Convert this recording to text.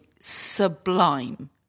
sublime